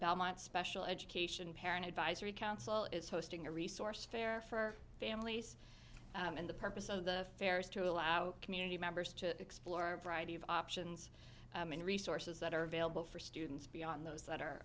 belmont special education parent advisory council is hosting a resource fair for families and the purpose of the fair is to allow community members to explore variety of options and resources that are available for students beyond those that are